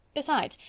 besides,